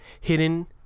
hidden